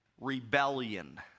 Rebellion